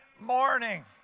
morning